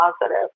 positive